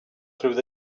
through